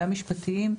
גם משפטיים,